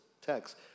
text